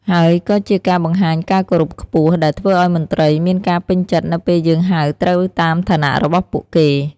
ហើយក៏ជាការបង្ហាញការគោរពខ្ពស់ ដែលធ្វើអោយមន្ត្រី មានការពេញចិត្តនៅពេលយើងហៅត្រូវតាមឋានៈរបស់ពួកគេ។